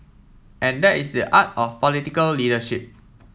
and that is the art of political leadership